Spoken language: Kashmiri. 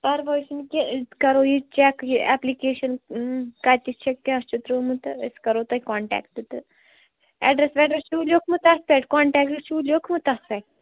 پرواے چھُنہٕ کیٚنٛہہ أسۍ کَرو یہِ چٮ۪ک یہِ اٮ۪پلِکیشَن کَتہِ چھِ کیٛاہ چھِ ترٛٲمُت تہٕ أسۍ کَرو تۄہہِ کونٹیکٹ تہٕ اٮ۪ڈرٮ۪س وٮ۪ڈرٮ۪س چھُوٕ لیوٚکھمُت تَتھ پٮ۪ٹھ کونٹیکٹ چھُوٕ لیوٚکھمُت تَتھ تۄہہِ